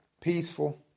peaceful